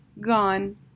gone